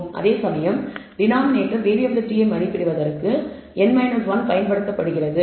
அதேசமயம் denominator variability மதிப்பிடுவதற்கு n 1 பயன்படுத்தப்படுகிறது